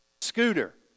Scooter